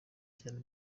cyane